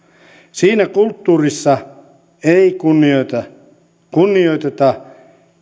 siinä kulttuurissa ei kunnioiteta kunnioiteta